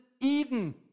Eden